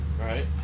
Right